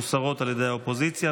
מוסרות על ידי האופוזיציה.